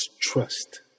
trust